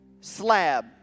slab